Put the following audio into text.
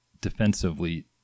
defensively